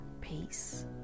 peace